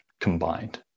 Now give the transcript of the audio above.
combined